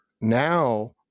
now